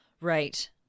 Right